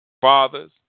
Fathers